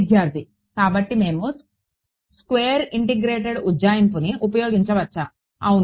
విద్యార్థి కాబట్టి మేము స్క్వేర్ ఇంటిగ్రేటెడ్ ఉజ్జాయింపుని ఉపయోగించవచ్చా అవును